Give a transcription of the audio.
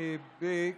בעד